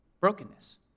brokenness